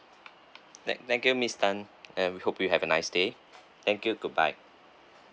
thank thank you miss tan and we hope you have a nice day thank you goodbye